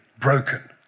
broken